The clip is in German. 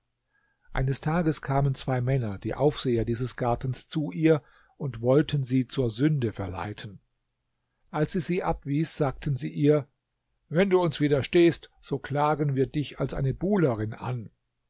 eines tages kamen zwei männer die aufseher dieses gartens zu ihr und wollten sie zur sünde verleiten als sie sie abwies sagten sie ihr wenn du uns widerstehst so klagen wir dich als eine buhlerin an